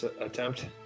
attempt